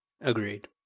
agreed